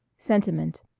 sentiment